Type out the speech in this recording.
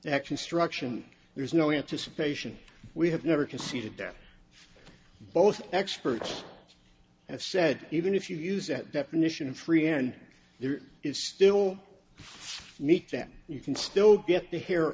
that construction there is no anticipation we have never conceded that both experts have said even if you use that definition free and there is still meet that you can still get the hair